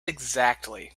exactly